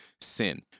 sin